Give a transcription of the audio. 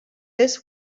this